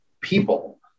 people